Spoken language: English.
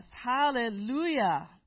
hallelujah